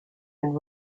and